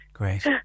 Great